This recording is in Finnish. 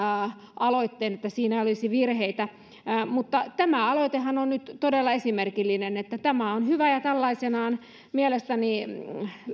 aloitteen että siinä ei olisi virheitä tämä aloitehan on nyt todella esimerkillinen tämä on hyvä ja tällaisenaan mielestäni